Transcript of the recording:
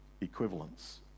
equivalence